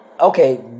okay